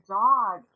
dog